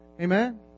amen